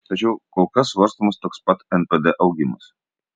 tačiau kol kas svarstomas toks pat npd augimas